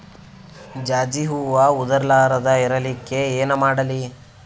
ಜಾಜಿ ಹೂವ ಉದರ್ ಲಾರದ ಇರಲಿಕ್ಕಿ ಏನ ಮಾಡ್ಲಿ?